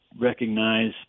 recognize